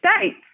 states